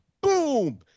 Boom